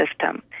system